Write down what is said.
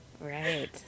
Right